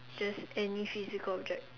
just any physical object